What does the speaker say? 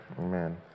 Amen